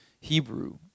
Hebrew